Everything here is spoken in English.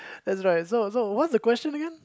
that's right so so what's the question again